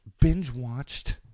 binge-watched